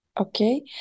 okay